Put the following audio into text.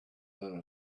than